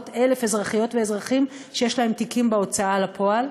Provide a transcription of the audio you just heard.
700,000 אזרחיות ואזרחים שיש להם תיקים בהוצאה לפועל,